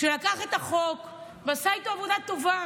שלקח את החוק ועשה איתו עבודה טובה